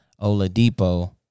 Oladipo